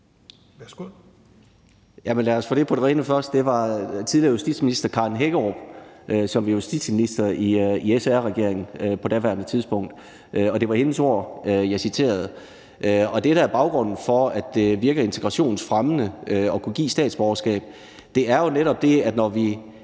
med ministeren på det rene først: Det var tidligere justitsminister Karen Hækkerup, som var justitsminister i SR-regeringen på daværende tidspunkt. Det var hendes ord, jeg citerede. Det, der er baggrunden for, at det virker integrationsfremmende at kunne give statsborgerskab, er jo netop, at når vi